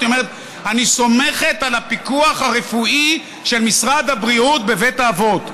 היא אומרת: אני סומכת על הפיקוח הרפואי של משרד הבריאות בבית האבות.